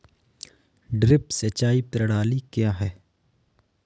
Drip सिंचाई प्रणाली क्या है?